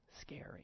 scary